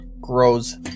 grows